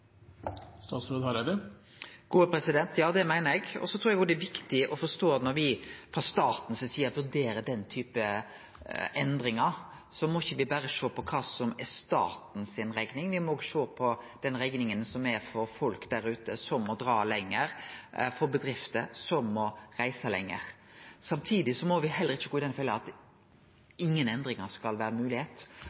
Ja, det meiner eg. Så trur eg òg det er viktig å forstå at når me frå staten si side vurderer den typen endringar, må me ikkje berre sjå på kva som er staten si rekning, me må òg sjå på rekninga for folk der ute som må dra lenger, og for bedrifter som må reise lenger. Samtidig må me heller ikkje gå i den fella at ingen endringar skal vere